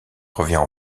revient